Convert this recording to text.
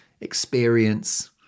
experience